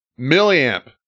Milliamp